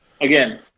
again